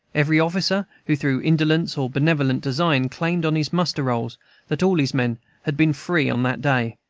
every officer, who through indolence or benevolent design claimed on his muster-rolls that all his men had been free on that day,